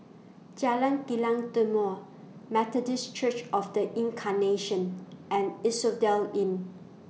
Jalan Kilang Timor Methodist Church of The Incarnation and Asphodel Inn